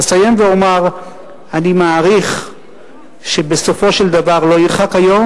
אסיים ואומר שאני מעריך שבסופו של דבר לא ירחק היום